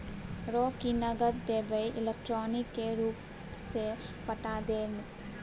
रौ की नगद देबेय इलेक्ट्रॉनिके रूपसँ पठा दे ने